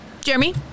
Jeremy